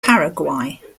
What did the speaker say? paraguay